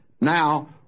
Now